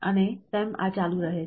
અને તેમ આ ચાલુ રહે છે